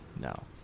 No